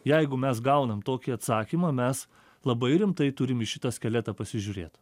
jeigu mes gaunam tokį atsakymą mes labai rimtai turim į šitą skeletą pasižiūrėt